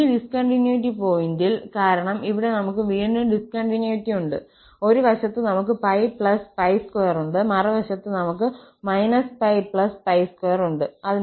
അതിനാൽ ഈ ഡിസ്കണ്ടിന്യൂറ്റി പോയിന്റിൽ കാരണം ഇവിടെ നമുക്ക് വീണ്ടും ഡിസ്കണ്ടിന്യൂറ്റി ഉണ്ട് ഒരു വശത്ത് നമുക്ക് π2 ഉണ്ട് മറുവശത്ത് നമുക്ക് π2 ഉണ്ട്